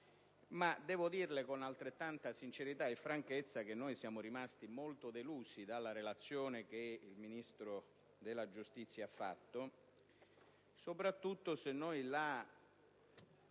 ma devo dirle con altrettanta sincerità e franchezza che siamo rimasti molto delusi dalla relazione del Ministro della giustizia, soprattutto se la